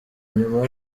nyuma